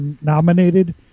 nominated